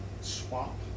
swap